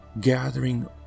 gathering